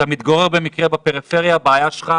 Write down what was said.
אם אתה מתגורר במקרה בפריפריה בעיה שלך.